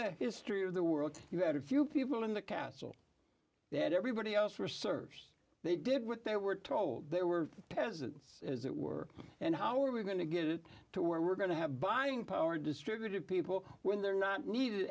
true of the world you had a few people in the castle that everybody else was served they did what they were told they were peasants as it were and how are we going to get it to where we're going to have buying power distributive people when they're not needed